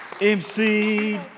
MC